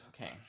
Okay